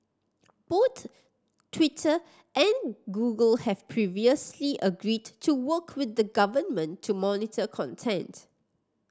both Twitter and Google have previously agreed to work with the government to monitor content